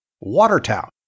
Watertown